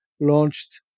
launched